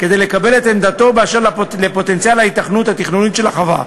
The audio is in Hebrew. כדי לקבל את עמדתו באשר לפוטנציאל ההיתכנות התכנונית של החווה,